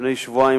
לפני שבועיים,